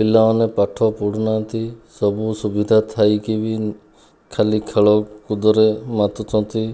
ପିଲାମାନେ ପାଠ ପଢ଼ୁନାହାନ୍ତି ସବୁ ସୁବିଧା ଥାଇ କି ବି ଖାଲି ଖେଳକୁଦରେ ମାତୁଛନ୍ତି